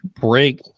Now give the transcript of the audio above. break